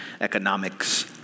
economics